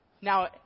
Now